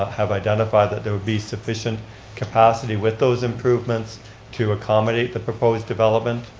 have identified that there would be sufficient capacity with those improvements to accommodate the proposed development.